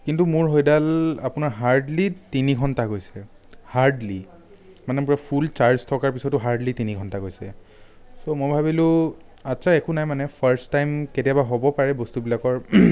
কিন্তু মোৰ সেইডাল আপোনাৰ হাৰ্ডলী তিনিঘন্টা গৈছে হাৰ্ডলী মানে পুৰা ফুল চাৰ্জ থকাৰ পিছতো হাৰ্ডলী তিনিঘন্টা গৈছে ত' মই ভাবিলোঁ আচ্ছা একো নাই মানে ফাৰ্ষ্ট টাইম কেতিয়াবা হ'ব পাৰে বস্তুবিলাকৰ